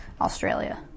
Australia